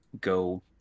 go